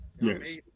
yes